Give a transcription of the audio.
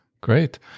great